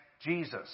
Jesus